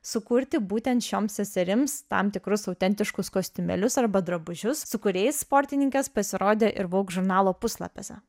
sukurti būtent šiom seserims tam tikrus autentiškus kostiumėlius arba drabužius su kuriais sportininkės pasirodė ir vogue žurnalo puslapiuose